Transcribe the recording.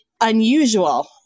unusual